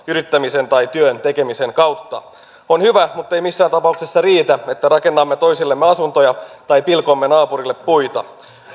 yrittämisen tai työn tekemisen kautta on hyvä mutta ei missään tapauksessa riitä että rakennamme toisillemme asuntoja tai pilkomme naapurille puita